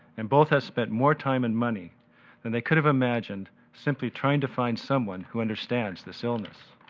and both have spent more time and money than they could have imagined simply trying to find someone who understands this illness.